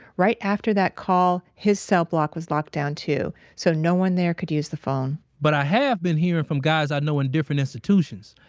right after that call, his cell block was locked down too, so no one there could use the phone but i have been hearing from guys i know in different institutions.